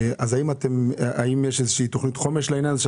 האם יש איזו תוכנית חומש לעניין הזה,